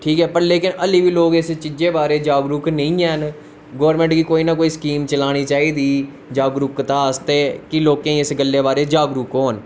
ठीक ऐ पर लेकिन अल्ली बी लोक इस चाजें बारै जागरूक नेई हैन गोर्मेंट गी कोई ना कोई स्कीम चलानी चाहिदी जागरूकता आस्ते कि लोक इस बारे जागरूक होन